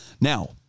Now